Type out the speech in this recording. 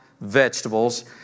vegetables